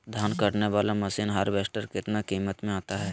धान कटने बाला मसीन हार्बेस्टार कितना किमत में आता है?